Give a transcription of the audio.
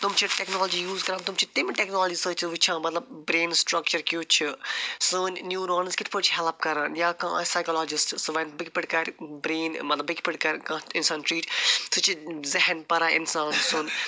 تِم چھِ technology use کران تِم چھِ تَمہِ ٹٮ۪کنالجی سۭتۍ چھِ وٕچھان مطلب برٛین سٕٹرٛکچَر کیُتھ چھِ سٲنۍ نیوٗرانٕز کِتھ پٲٹھی چھِ ہٮ۪لَپ کران یا کانٛہہ آسہِ سایکٕلوجِسٹ سُہ وَنہِ بہٕ کِتھ پٲٹھۍ کَرٕ برٛین مطلب بہٕ کِتھ پٲٹھۍ کٔرٕ کانٛہہ تہٕ اِنسان ٹریٖٹ سُہ چھِ ذہن پران اِنسان سُنٛد